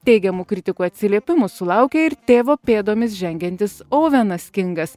teigiamų kritikų atsiliepimų sulaukia ir tėvo pėdomis žengiantis ouvenas kingas